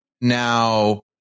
now